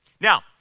Now